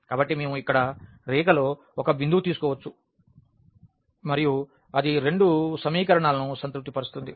కాబట్టి మేము ఇక్కడ రేఖ లో ఒక బిందువు తీసుకోవచ్చు మరియు అది రెండు సమీకరణాలను సంతృప్తి పరుస్తుంది